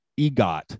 EGOT